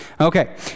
Okay